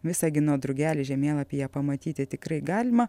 visagino drugelį žemėlapyje pamatyti tikrai galima